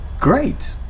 great